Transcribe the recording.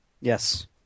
Yes